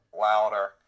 louder